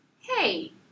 hey